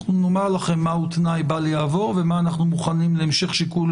אנחנו נאמר לכם מה הוא תנאי בל יעבור ומה אנחנו מוכנים להמשך שיקול